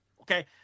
Okay